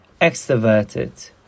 extroverted